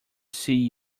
see